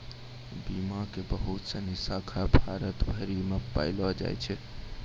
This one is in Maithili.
बीमा के बहुते सिनी शाखा भारत भरि मे पायलो जाय छै